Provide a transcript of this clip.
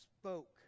spoke